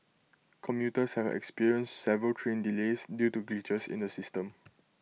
commuters have experienced several train delays due to glitches in the system